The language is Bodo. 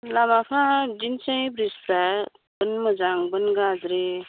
लामाफ्रा बिदिनोसै ब्रिजफ्रा बेवनो मोजां बेवनो गाज्रि